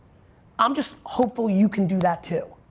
i'm just hopeful you can do that too.